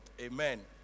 Amen